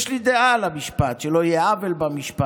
יש לי דעה על המשפט: שלא יהיה עוול במשפט,